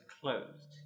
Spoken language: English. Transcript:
closed